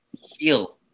heal